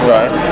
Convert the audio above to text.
Right